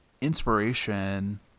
inspiration